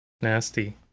nasty